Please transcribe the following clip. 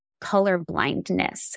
colorblindness